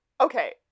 Okay